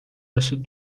رسید